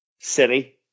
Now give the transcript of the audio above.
City